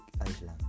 Island